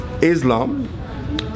Islam